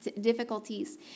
difficulties